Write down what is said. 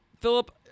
philip